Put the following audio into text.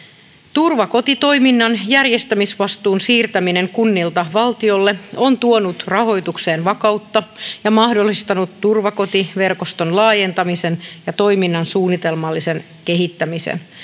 turvakotitoiminnan järjestämisvastuun siirtäminen kunnilta valtiolle on tuonut rahoitukseen vakautta ja mahdollistanut turvakotiverkoston laajentamisen ja toiminnan suunnitelmallisen kehittämisen